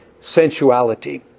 sensuality